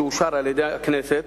שאושר על-ידי הכנסת,